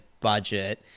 budget